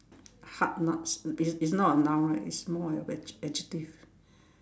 hard nuts is is not a noun right is more of adj~ adjective